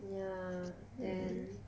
ya then